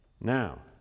Now